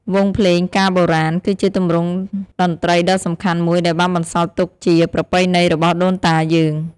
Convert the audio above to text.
វង់ភ្លេងការបុរាណ គឺជាទម្រង់តន្ត្រីដ៏សំខាន់មួយដែលបានបន្សល់ទុកជា ប្រពៃណីរបស់ដូនតាយើង។